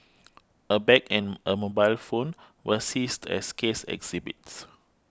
a bag and a mobile phone were seized as case exhibits